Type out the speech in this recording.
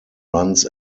runs